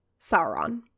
sauron